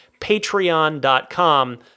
patreon.com